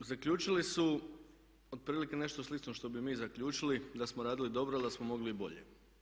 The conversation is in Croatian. I zaključili su otprilike nešto slično što bi mi zaključili da smo radili dobro ali da smo mogli i bolje.